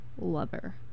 lover